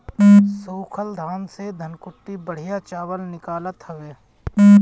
सूखल धान से धनकुट्टी बढ़िया चावल निकालत हवे